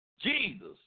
Jesus